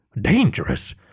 dangerous